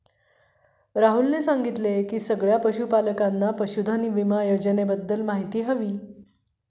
राहुलने सांगितले की सगळ्या पशूपालकांना पशुधन विमा योजनेबद्दल माहिती हवी